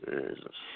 Jesus